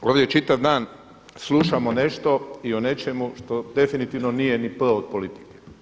Ovdje čitav dan slušamo nešto i o nečemu što definitivno nije ni P od politike.